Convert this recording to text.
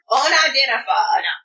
unidentified